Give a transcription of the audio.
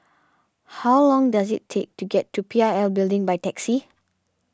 how long does it take to get to P I L Building by taxi